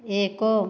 ଏକ